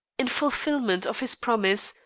in fulfilment of his promise,